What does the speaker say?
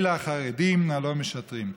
החרדים הלא-משרתים".